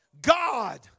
God